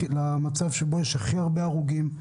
במצב שבו יש הכי הרבה הרוגים,